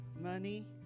money